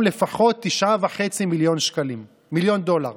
עוד שופט אחד ליברלי והיינו עכשיו עם מאות אלפי פלסטינים במדינת ישראל.